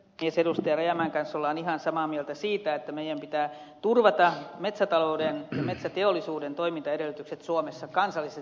rajamäen kanssa olemme ihan samaa mieltä siitä että meidän pitää turvata metsätalouden ja metsäteollisuuden toimintaedellytykset suomessa kansallisesti